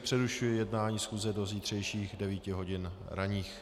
Přerušuji jednání schůze do zítřejších 9 hodin ranních.